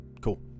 Cool